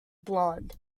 blonde